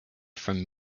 from